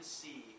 see